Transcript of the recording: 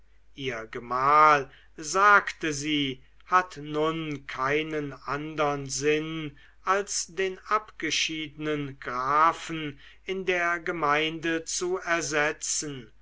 ihr gemahl sagte sie hat nun keinen andern sinn als den abgeschiedenen grafen in der gemeinde zu ersetzen